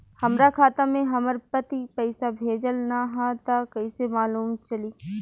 हमरा खाता में हमर पति पइसा भेजल न ह त कइसे मालूम चलि?